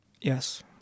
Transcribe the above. Yes